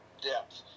depth